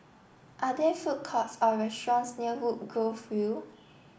are there food courts or restaurants near Woodgrove View